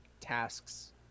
tasks